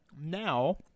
Now